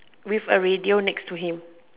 with a radio next to him